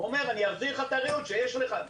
הוא אומר: אני אחזיר לך את הריהוט שיש לך.